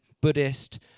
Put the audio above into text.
Buddhist